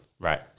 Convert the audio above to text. right